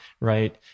right